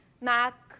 Mac